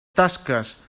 tasques